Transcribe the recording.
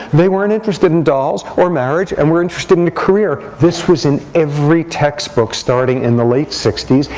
they weren't interested in dolls, or marriage, and were interested in a career. this was in every textbook starting in the late sixty s,